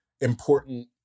important